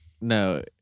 No